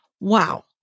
Wow